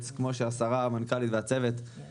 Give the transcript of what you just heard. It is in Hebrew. והגבייה תהיה